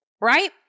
right